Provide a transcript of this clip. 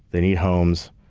they need homes,